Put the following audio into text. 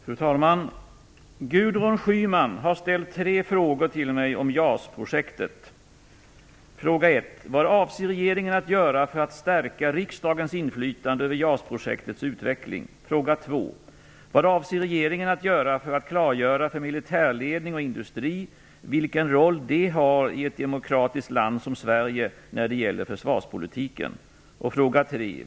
Fru talman! Gudrun Schyman har ställt tre frågor till mig om JAS-projektet. 2. Vad avser regeringen att göra för att klargöra för militärledning och industri vilken roll de har i ett demokratiskt land som Sverige när det gäller försvarspolitiken? 3.